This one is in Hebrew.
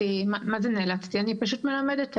אני פשוט מלמדת היום.